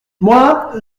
moi